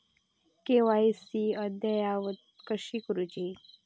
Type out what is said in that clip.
KYC अद्ययावत कशी करुची?